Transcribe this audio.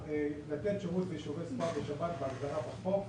לתת שירות ביישובי ספר בשבת אפשרי לפי ההגדרה בחוק.